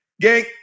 gang